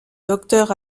docteur